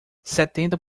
setenta